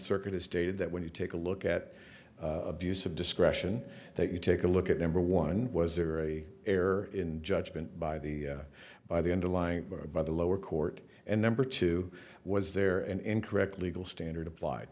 circuit has stated that when you take a look at abuse of discretion that you take a look at number one was there a error in judgment by the by the underlying or by the lower court and number two was there an incorrect legal standard applied